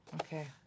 Okay